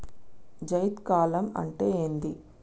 జైద్ కాలం అంటే ఏంది?